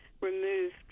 removed